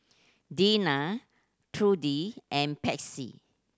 Dinah Trudy and Patsy